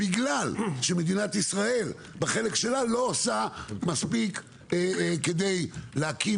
בגלל שמדינת ישראל בחלק שלה לא עושה מספיק כדי להקים